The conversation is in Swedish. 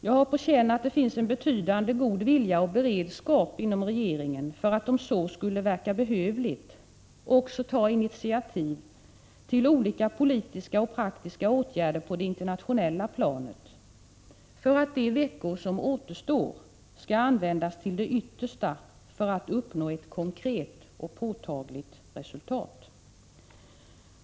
Jag har på känn att det finns ett betydande mått av god vilja och beredskap inom regeringen att, om så skulle verka behövligt, också ta initiativ till olika politiska och praktiska åtgärder på det internationella planet för att de veckor som återstår skall användas till det yttersta för att uppnå ett konkret och påtagligt resultat.